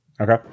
okay